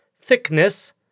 thickness